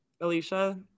Alicia